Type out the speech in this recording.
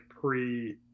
pre